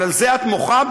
על זה את מוחה,